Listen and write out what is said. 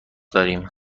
داریم